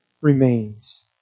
remains